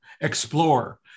Explore